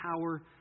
power